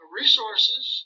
resources